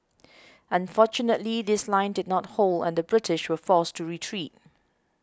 unfortunately this line did not hold and the British were forced to retreat